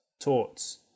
Torts